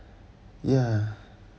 ya